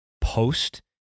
post